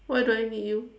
why do I need you